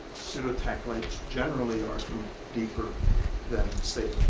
sooner techniques generally are some deeper than